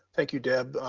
thank you, deb.